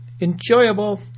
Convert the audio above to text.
enjoyable